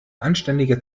anständige